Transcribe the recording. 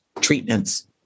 treatments